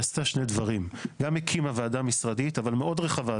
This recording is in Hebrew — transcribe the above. שהיא עשתה שני דברים: גם הקימה ועדה משרדית אבל מאוד רחבה,